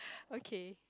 okay